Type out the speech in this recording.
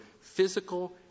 physical